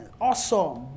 awesome